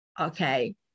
okay